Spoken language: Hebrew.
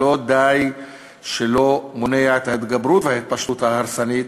שלא די שהוא לא מונע את ההתגברות וההתפשטות ההרסנית,